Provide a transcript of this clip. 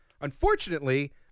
Unfortunately